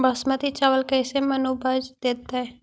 बासमती चावल कैसे मन उपज देतै?